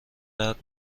درد